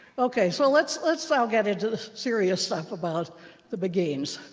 ok, so let's let's now get into the serious stuff about the beguines.